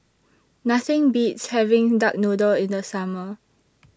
Nothing Beats having Duck Noodle in The Summer